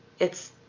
it's